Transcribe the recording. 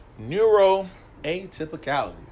Neuroatypicality